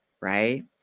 right